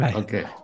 okay